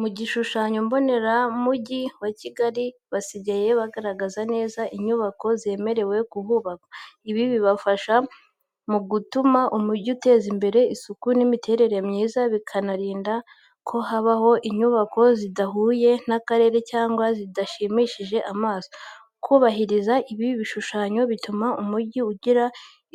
Mu gishushanyo mbonera cy’umujyi wa Kigali, basigaye bagaragaza neza inyubako zemerewe kuhubakwa. Ibi bifasha mu gutuma umujyi uteza imbere isuku n’imiterere myiza, bikanarinda ko habaho inyubako zidahuye n’akarere cyangwa zidashimishije amaso. Kubahiriza ibi bishushanyo bituma umujyi ugira